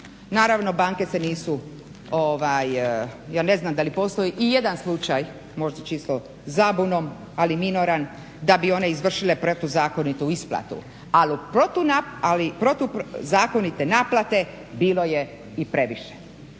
Naravno banke se nisu ja ne znam da li postoji i jedan slučaj, možda čisto zabunom ali minoran da bi one izvršile protuzakonitu isplatu. Ali protuzakonite naplate bilo je i previše,